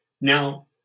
Now